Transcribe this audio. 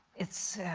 it's